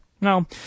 Now